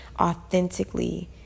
authentically